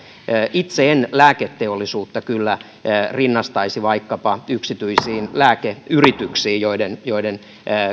itse en lääketeollisuutta kyllä rinnastaisi vaikkapa yksityisiin lääkeyrityksiin joiden joiden